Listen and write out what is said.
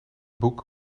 boek